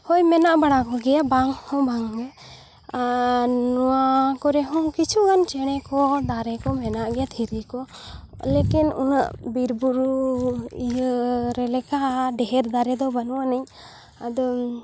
ᱦᱳᱭ ᱢᱮᱱᱟᱜ ᱵᱟᱲᱟ ᱠᱚᱜᱮᱭᱟ ᱵᱟᱝ ᱦᱚᱸ ᱵᱟᱝᱜᱮ ᱟᱨ ᱱᱚᱣᱟ ᱠᱚᱨᱮ ᱦᱚᱲᱱ ᱠᱤᱪᱷᱩ ᱜᱟᱱ ᱪᱮᱬᱮ ᱠᱚ ᱫᱟᱨᱮ ᱠᱚ ᱢᱮᱱᱟᱜ ᱜᱮᱭᱟ ᱫᱷᱤᱨᱤ ᱠᱚ ᱞᱮᱠᱤᱱ ᱩᱱᱟᱹᱜ ᱵᱤᱨ ᱵᱩᱨᱩ ᱤᱭᱟᱹᱨᱮ ᱞᱮᱠᱟ ᱰᱷᱮᱹᱨ ᱫᱟᱨᱮ ᱫᱚ ᱵᱟᱹᱱᱩᱜ ᱟᱹᱱᱤᱡ ᱟᱫᱚ